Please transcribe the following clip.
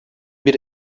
bir